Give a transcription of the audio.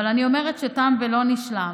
אבל אני אומרת שתם ולא נשלם.